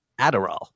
Adderall